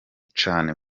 cyane